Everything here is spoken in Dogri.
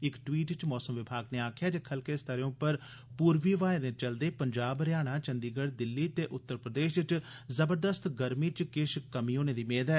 इक टवीट् च मौसम विभाग नै आखेआ ऐ जे खलके स्तर्रे उप्पर पूर्वी ब्हाएं दे चलदे पंजाब हरियाणा चंडीगढ़ दिल्ली ते उत्तर प्रदेश च जबरदस्त गर्मी च किश कमी होने दी मेद ऐ